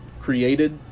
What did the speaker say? created